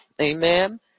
Amen